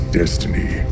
destiny